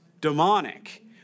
demonic